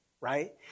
right